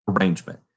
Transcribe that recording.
arrangement